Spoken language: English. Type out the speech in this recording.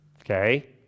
okay